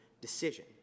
decision